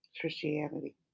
Christianity